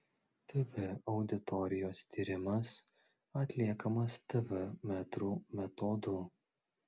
tv auditorijos tyrimas atliekamas tv metrų metodu